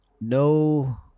no